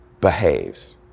behaves